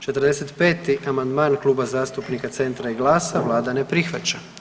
45. amandman Kluba zastupnika Centra i GLAS-a, Vlada ne prihvaća.